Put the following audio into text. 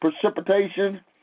precipitation